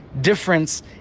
Difference